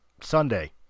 Sunday